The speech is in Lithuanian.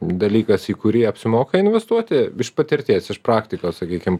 dalykas į kurį apsimoka investuoti iš patirties iš praktikos sakykim